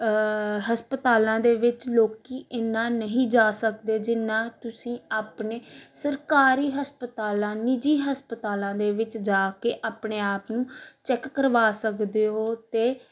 ਹਸਪਤਾਲਾਂ ਦੇ ਵਿੱਚ ਲੋਕ ਇੰਨਾ ਨਹੀਂ ਜਾ ਸਕਦੇ ਜਿੰਨਾ ਤੁਸੀਂ ਆਪਣੇ ਸਰਕਾਰੀ ਹਸਪਤਾਲਾਂ ਨਿੱਜੀ ਹਸਪਤਾਲਾਂ ਦੇ ਵਿੱਚ ਜਾ ਕੇ ਆਪਣੇ ਆਪ ਨੂੰ ਚੈੱਕ ਕਰਵਾ ਸਕਦੇ ਹੋ ਅਤੇ